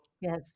Yes